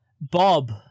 bob